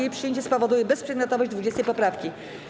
Jej przyjęcie spowoduje bezprzedmiotowość 20. poprawki.